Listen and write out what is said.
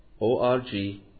o-r-g